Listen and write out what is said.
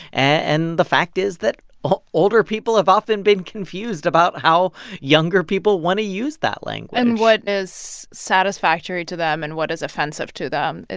and the fact is that ah older people have often been confused about how younger people want to use that language and what is satisfactory to them and what is offensive to them. and